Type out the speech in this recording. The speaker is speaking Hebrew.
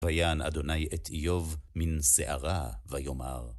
ויען אדוני את איוב מן שערה ויאמר.